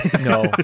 No